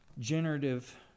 generative